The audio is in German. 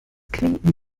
klinken